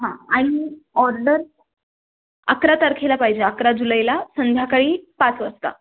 हां आणि ऑर्डर अकरा तारखेला पाहिजे अकरा जुलैला संध्याकाळी पाच वाजता